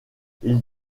ils